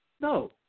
No